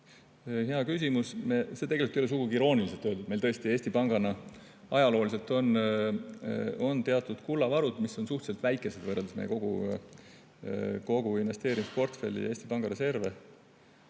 Hea küsimus. See tegelikult ei ole sugugi irooniliselt öeldud. Meil tõesti Eesti Pangana ajalooliselt on teatud kullavarud, mis on suhteliselt väikesed võrreldes kogu meie investeerimisportfelli ja Eesti Panga reservidega.